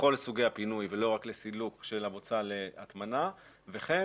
לכל סוגי הפינוי ולא רק לסילוק של הבוצה להטמנה וכן,